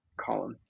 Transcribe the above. column